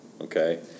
okay